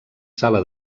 sala